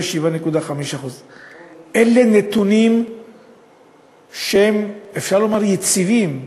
7.5%. אלה נתונים שאפשר לומר שהם יציבים.